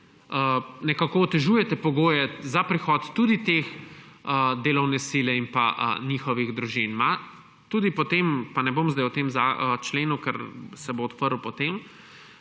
nekako otežujete pogoje za prihod tudi teh, delovne sile, in pa njihovih družin. Tudi potem, pa ne bom sedaj o tem členu, ker se bo odprl potem.